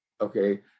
okay